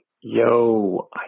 yo